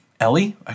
Ellie